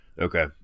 Okay